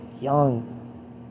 young